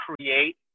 create